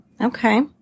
Okay